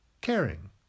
caring